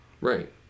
Right